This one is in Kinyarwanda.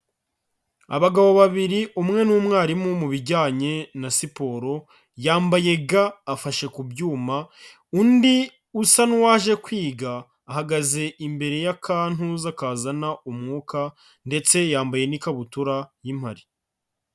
Abagabo babiri umwe ni umwarimu mu bijyanye na siporo yambaye ga afashe ku byuma, undi usa n'uwaje kwiga ahagaze imbere y'akantuza kazana umwuka ndetse yambaye n'ikabutura y'impari.